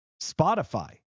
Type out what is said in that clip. Spotify